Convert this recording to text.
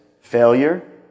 failure